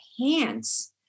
enhance